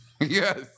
Yes